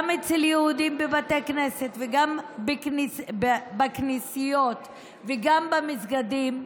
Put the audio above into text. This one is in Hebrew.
גם אצל יהודים בבתי כנסת וגם בכנסיות וגם במסגדים,